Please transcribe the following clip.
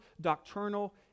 doctrinal